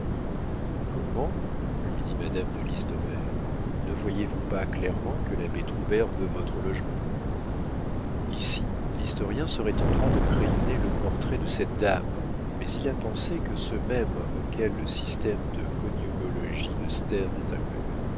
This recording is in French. comment lui dit madame de listomère ne voyez-vous pas clairement que l'abbé troubert veut votre logement ici l'historien serait en droit de crayonner le portrait de cette dame mais il a pensé que ceux mêmes auxquels le système de cognomologie de sterne est inconnu